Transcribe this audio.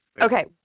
Okay